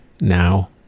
now